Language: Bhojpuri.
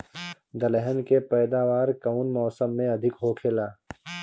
दलहन के पैदावार कउन मौसम में अधिक होखेला?